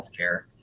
healthcare